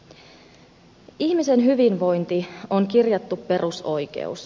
ihmisen hyvinvointi on kirjattu perusoikeus